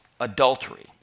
adultery